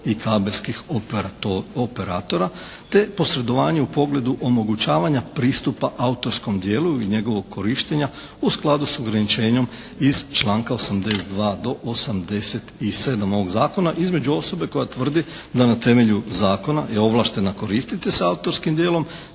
i kabelskih operatora, te posredovanje u pogledu omogućavanja pristupa autorskom dijelu i njegovog korištenja u skladu sa ograničenjem iz članka 82. do 87. ovog zakona, između osobe koja tvrdi da na temelju zakona je ovlaštena koristiti se autorskim djelom